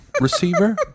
receiver